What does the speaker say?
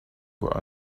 were